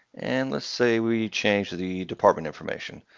and let's say we changed the department information.